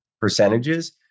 percentages